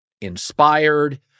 inspired